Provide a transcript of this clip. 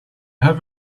have